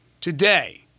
Today